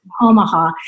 Omaha